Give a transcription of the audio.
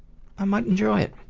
i might enjoy it.